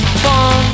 fun